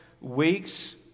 weeks